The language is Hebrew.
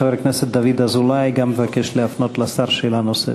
חבר הכנסת דוד אזולאי גם כן מבקש להפנות לשר שאלה נוספת.